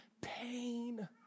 pain